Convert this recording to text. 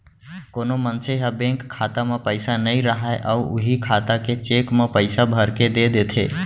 कोनो मनसे ह बेंक खाता म पइसा नइ राहय अउ उहीं खाता के चेक म पइसा भरके दे देथे